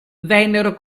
vennero